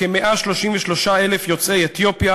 כ-133,000 יוצאי אתיופיה,